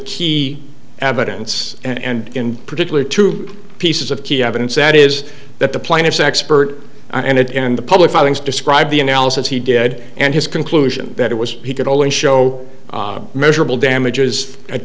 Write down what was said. key evidence and in particular two pieces of key evidence that is that the plaintiff's expert and in the public filings described the analysis he did and his conclusion that it was he could only show measurable damages at